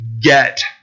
get